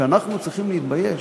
שאנחנו צריכים להתבייש.